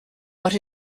what